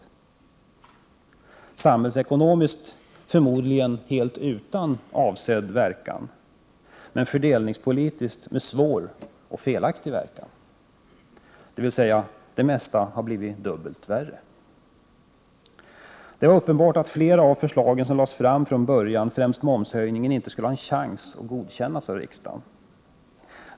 Dessa åtgärder är samhällsekonomiskt förmodligen helt utan avsedd verkan, men fördelningspolitiskt har de en allvarlig och felaktig verkan — dvs. det mesta har blivit dubbelt värre. Det var uppenbart att flera av de förslag som lades fram från början, främst momshöjningen, inte skulle ha haft en chans att godkännas av riksdagen.